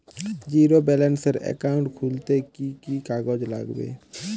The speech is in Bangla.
জীরো ব্যালেন্সের একাউন্ট খুলতে কি কি কাগজ লাগবে?